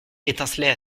étincelait